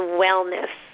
wellness